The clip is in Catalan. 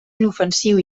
inofensiu